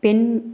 பெண்